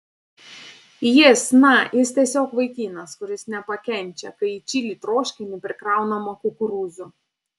jis na jis tiesiog vaikinas kuris nepakenčia kai į čili troškinį prikraunama kukurūzų